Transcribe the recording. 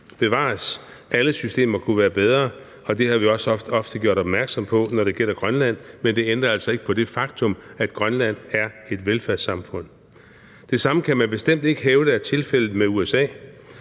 Bevares, alle systemer kunne være bedre, og det har vi også ofte gjort opmærksom på, når det gælder Grønland, men det ændrer altså ikke på det faktum, at Grønland er et velfærdssamfund. Det samme kan man bestemt ikke hævde er tilfældet med USA,